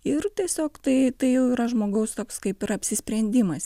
ir tiesiog tai tai jau yra žmogaus toks kaip ir apsisprendimas